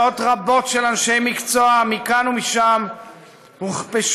מאות רבות של אנשי מקצוע מכאן ומשם הוכפשו